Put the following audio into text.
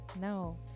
No